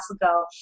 ago